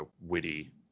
witty